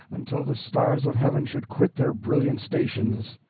until the stars of heaven should quit their brilliant stations.